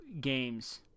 games